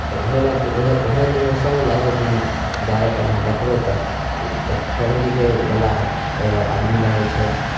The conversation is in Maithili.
तऽ होय लेल होय होय तऽ हइ सभ लेल लेकिन जादातर अहाँ देखबै तऽ ई ब पढ़य लिखयवला आदमी लए होइ छै